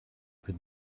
für